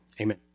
Amen